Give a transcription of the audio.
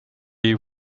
you